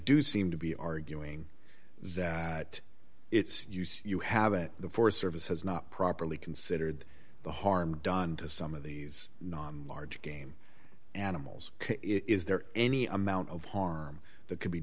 do seem to be arguing that it's you have it the forest service has not properly considered the harm done to some of these large game animals is there any amount of harm that c